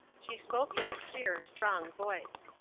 she spoke in a clear, strong voice